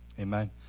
Amen